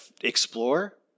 explore